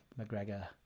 McGregor